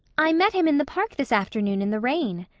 i met him in the park this afternoon in the rain,